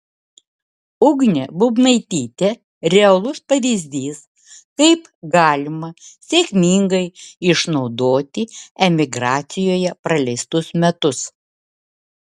ugnė bubnaitytė realus pavyzdys kaip galima sėkmingai išnaudoti emigracijoje praleistus metus